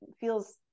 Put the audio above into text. feels